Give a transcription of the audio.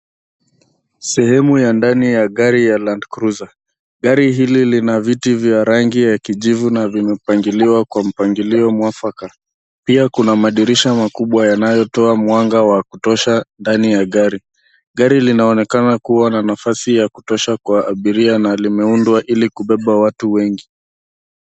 Sehemu ya ndani ya gari ya Landcruiser. Gari hili lina viti vya rangi ya kijivu na vimepangiliwa kwa mpangilio mwafaka. Pia kuna madirisha makubwa yanayotoa mwanga wa kutosha ndani ya gari. Gari linaonekana kuwa na nafasi ya kutosha kwa abiria na limeundwa ili kubeba watu wengi.